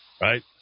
Right